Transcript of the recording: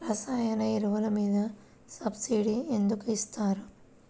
రసాయన ఎరువులు మీద సబ్సిడీ ఎందుకు ఇస్తారు?